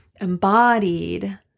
embodied